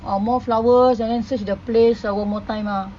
uh more flowers and then search that place one more time ah